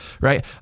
right